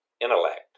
intellect